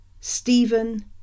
Stephen